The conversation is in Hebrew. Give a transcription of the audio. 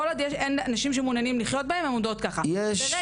כל עוד אין אנשים שמעוניינים לחיות בהן הן עומדות ככה.